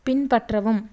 பின்பற்றவும்